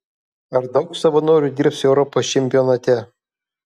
ar daug savanorių dirbs europos čempionate